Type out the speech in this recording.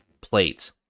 plate